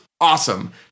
awesome